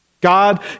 God